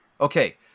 Okay